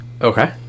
Okay